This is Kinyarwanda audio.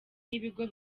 n’ibigo